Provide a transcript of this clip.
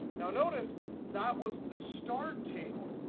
now, notice that was the start table.